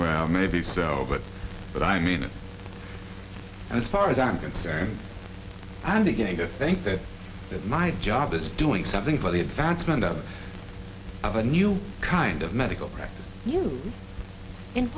maybe so but but i mean it and as far as i'm concerned i'm beginning to think that that my job is doing something for the advancement up of a new kind of medical practice